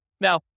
Now